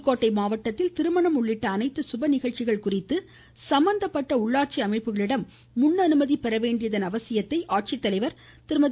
புதுக்கோட்டை மாவட்டத்தில் திருமணம் உள்ளிட்ட அனைத்து சுபநிகழ்ச்சிகள் குறித்து சம்பந்தப்பட்ட உள்ளாட்சி அமைப்புகளிடம் முன் அனுமதி பெற வேண்டும் என மாவட்ட ஆட்சித்தலைவர் திருமதி